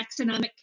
taxonomic